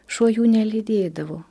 šuo jų nelydėdavo